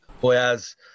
whereas